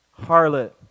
harlot